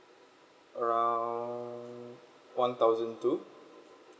around one thousand two